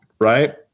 right